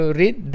read